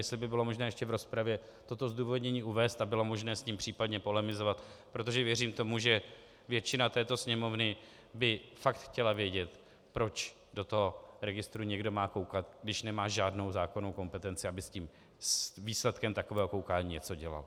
Jestli by bylo možné ještě v rozpravě toto zdůvodnění uvést a bylo možné s tím případně polemizovat, protože věřím tomu, že většina této Sněmovny by fakt chtěla vědět, proč do toho registru někdo má koukat, když nemá žádnou zákonnou kompetenci, aby s výsledkem takového koukání něco dělal.